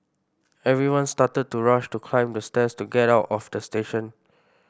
everyone started to rush to climb the stairs to get out of the station